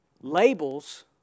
Labels